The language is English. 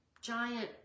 giant